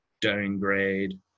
downgrade